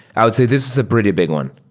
i would say this is a pretty big one.